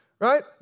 Right